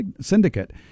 syndicate